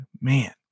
Man